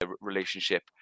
relationship